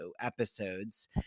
episodes